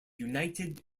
united